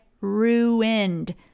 ruined